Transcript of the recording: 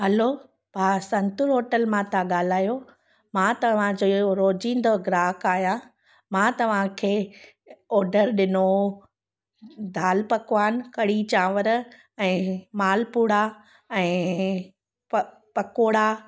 hello भाउ Santoor hotel मां था ॻाल्हायो मां तव्हांजो रोजींदो ग्राहक आहियां मां तव्हांखे ऑडरु ॾिनो दाल पकवान कढ़ी चांवर ऐं मालपुरा ऐं पकोड़ा